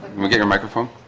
me get your microphone.